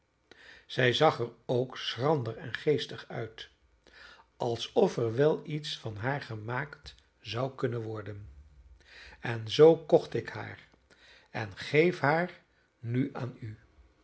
zij zag er ook schrander en geestig uit alsof er wel iets van haar gemaakt zou kunnen worden en zoo kocht ik haar en geef haar nu aan u